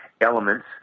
elements